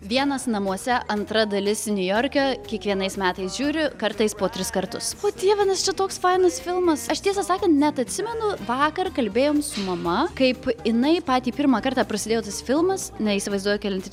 vienas namuose antra dalis niujorke kiekvienais metais žiūriu kartais po tris kartus o dieve nes čia toks fainas filmas aš tiesą sakant net atsimenu vakar kalbėjom su mama kaip jinai patį pirmą kartą prasidėjo tas filmas neįsivaizduoju kelinti